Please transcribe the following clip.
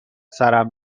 سرم